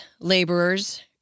laborers